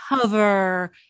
cover